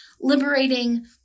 Liberating